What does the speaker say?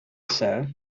sir